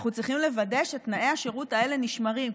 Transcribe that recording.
אנחנו צריכים לוודא שתנאי השירות האלה נשמרים.